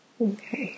okay